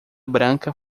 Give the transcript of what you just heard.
branca